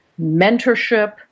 mentorship